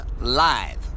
live